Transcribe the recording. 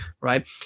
right